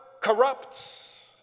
corrupts —